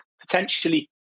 potentially